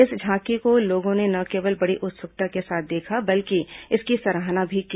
इस झांकी को लोगों ने न केवल बड़ी उत्सुकता के साथ देखा बल्कि इसकी सराहना भी की